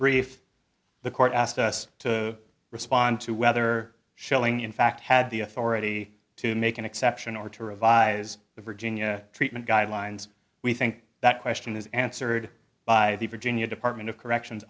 brief the court asked us to respond to whether shelling in fact had the authority to make an exception or to revise the virginia treatment guidelines we think that question is answered by the virginia department of corrections